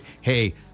hey